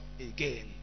again